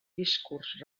discurs